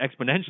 exponentially